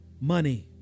money